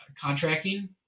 contracting